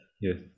Yes